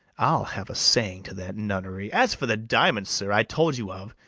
i'll have a saying to that nunnery as for the diamond, sir, i told you of,